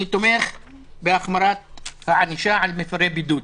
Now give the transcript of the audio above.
אני תומך בהחמרת הענישה על מפרי בידוד.